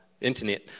internet